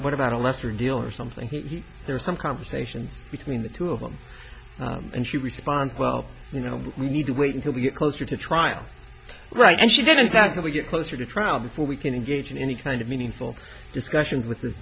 what about a lesser deal or something he there's some conversation between the two of them and she responds well you know we need to wait until we get closer to trial right and she did and that's how we get closer to trial before we can engage in any kind of meaningful discussions with th